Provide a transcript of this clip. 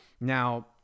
Now